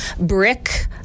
brick